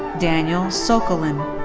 daniel sokolin.